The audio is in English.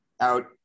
out